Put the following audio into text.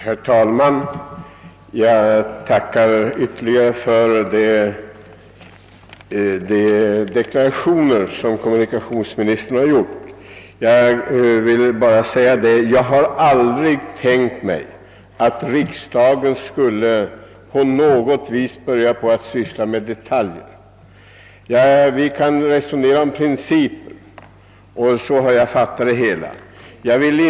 Herr talman! Jag tackar för de deklarationer som kommunikationsministern nu har gjort. Jag har dock aldrig tänkt mig att riksdagen skulle börja syssla med detaljer. Som jag har fattat det skall riksdagen diskutera principer.